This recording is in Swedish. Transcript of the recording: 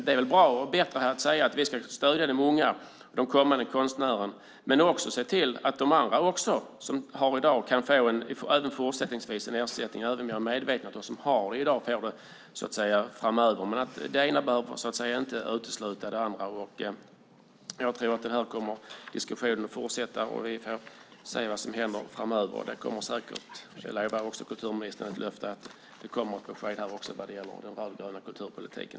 Det är bättre att säga att vi ska stödja de många kommande konstnärerna och se till att även de andra fortsättningsvis ska få ersättning. Jag är medveten om att de som redan har garanti får den framöver. Men det ena utesluter inte det andra. Jag tror att diskussionen kommer att fortsätta. Vi får se vad som händer framöver. Jag ger kulturministern ett löfte att det kommer ett besked vad gäller den rödgröna kulturpolitiken.